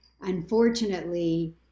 unfortunately